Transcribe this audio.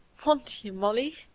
want you, molly?